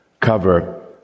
cover